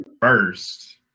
first